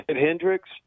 Hendricks